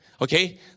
Okay